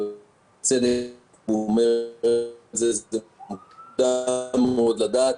בצדק הוא אומר שמוקדם מאוד לדעת.